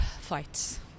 fights